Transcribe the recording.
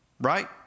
right